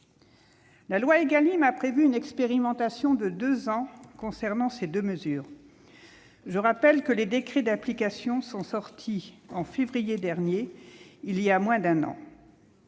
La loi Égalim a prévu une expérimentation de deux ans concernant ces deux mesures. Je rappelle que les décrets d'application sont sortis en février dernier, il y a moins d'un an.